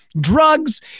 drugs